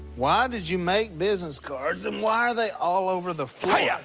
why did you make business cards, and why are they all over the floor? hyah!